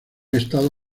estado